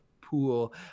pool